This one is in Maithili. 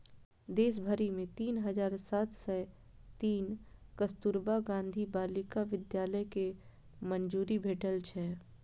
देश भरि मे तीन हजार सात सय तीन कस्तुरबा गांधी बालिका विद्यालय कें मंजूरी भेटल छै